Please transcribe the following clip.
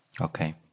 Okay